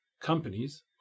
companies